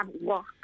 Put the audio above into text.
walk